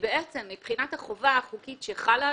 בעצם מבחינת החובה החוקית שחלה עליכם,